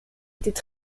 étaient